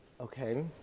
Okay